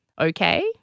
okay